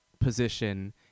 position